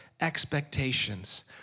expectations